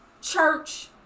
church